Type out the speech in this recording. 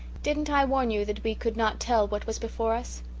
didn't i warn you that we could not tell what was before us?